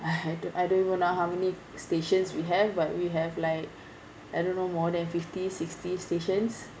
I don~ I don't even know how many stations we have but we have like I don't know more than fifty sixty stations